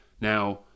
now